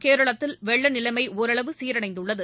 கேரளத்தில் வெள்ள நிலைமை ஒரளவு சீரடைந்துள்ளது